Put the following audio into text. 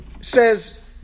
says